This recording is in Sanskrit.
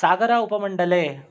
सागर उपमण्डले